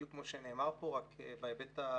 בדיוק כמו שנאמר פה, רק בהיבט הבריאותי.